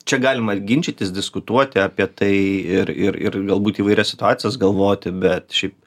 čia galima ginčytis diskutuoti apie tai ir ir ir galbūt įvairias situacijas galvoti bet šiaip